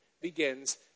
begins